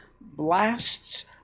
blasts